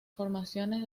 formaciones